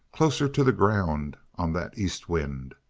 closer to the ground on that east wind.